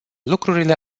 lucrurile